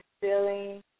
feeling